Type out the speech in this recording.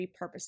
repurposing